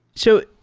so,